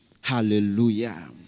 Hallelujah